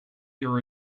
your